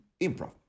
improv